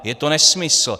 Je to nesmysl.